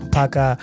paka